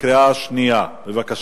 אנחנו מצביעים בקריאה שנייה, בבקשה.